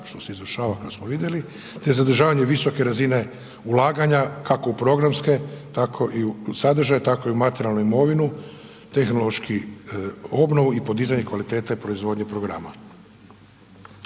što se izvršava kao što smo vidjeli, te zadržavanje visoke razine ulaganja kako u programske tako i u sadržaj, tako i u materijalnu imovinu, tehnološku obnovu i podizanje kvalitete proizvodnje programa.